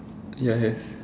ya have